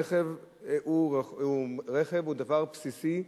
רכב הוא דבר בסיסי,